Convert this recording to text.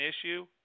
issue